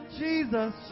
jesus